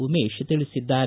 ಉಮೇಶ ತಿಳಿಸಿದ್ದಾರೆ